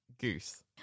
goose